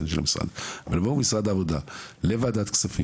אבל יבואו משרד העבודה לוועדת כספים,